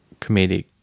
comedic